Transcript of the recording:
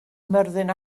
myrddin